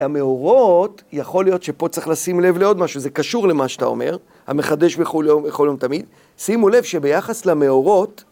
המאורות, יכול להיות שפה צריך לשים לב לעוד משהו, זה קשור למה שאתה אומר, המחדש בכל יום תמיד, שימו לב שביחס למאורות,